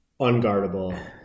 unguardable